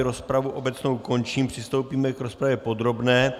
Rozpravu obecnou končím, přistoupíme k rozpravě podrobné.